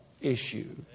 issue